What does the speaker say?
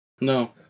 No